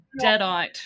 deadite